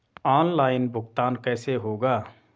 Online भुगतान कैसे होगा?